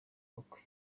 ubukwe